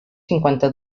cinquanta